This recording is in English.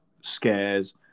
scares